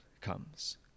comes